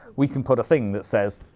we can put a thing that says,